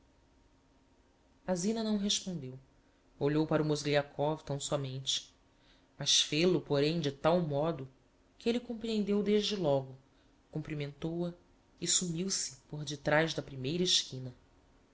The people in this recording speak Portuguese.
a zina não respondeu olhou para o mozgliakov tão somente mas fêl o porém de modo tal que elle comprehendeu desde logo cumprimentou-a e sumiu-se por detrás da primeira esquina